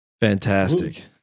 Fantastic